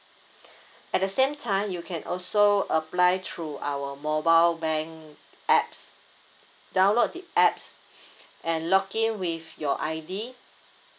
at the same time you can also apply through our mobile bank apps download the apps and log in with your I_D